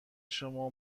شما